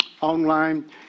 online